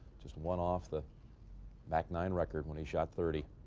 just one off the back nine record when he shot thirty.